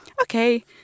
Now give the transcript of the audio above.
Okay